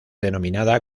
denominada